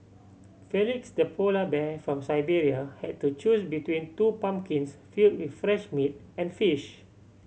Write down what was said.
Felix the polar bear from Siberia had to choose between two pumpkins fill with fresh meat and fish